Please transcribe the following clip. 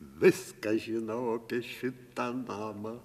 viską žinau apie šitą namą